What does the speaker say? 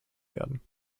werden